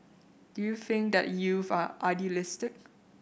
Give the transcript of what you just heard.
do you think that youth are idealistic